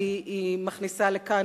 כי היא מכניסה לכאן,